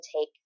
take